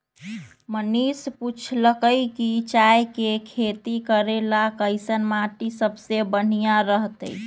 मनीष पूछलकई कि चाय के खेती करे ला कईसन माटी सबसे बनिहा रहतई